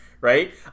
right